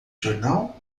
jornal